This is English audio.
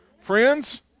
friends